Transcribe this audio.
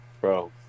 bro